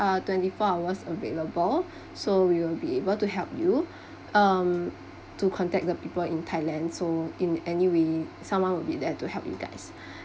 are twenty four hours available so we will be able to help you um to contact the people in thailand so in anyway someone will be there to help you guys